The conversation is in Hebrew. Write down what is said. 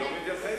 אתה מתייחס?